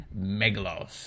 Megalos